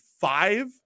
five